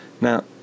Now